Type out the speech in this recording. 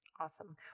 Awesome